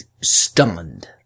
stunned